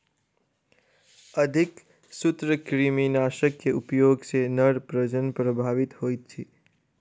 अधिक सूत्रकृमिनाशक के उपयोग सॅ नर प्रजनन प्रभावित होइत अछि